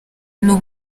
n’u